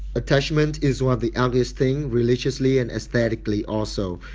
attachment is one of the ugliest things religiously and aesthetically also.